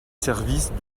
services